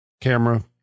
Camera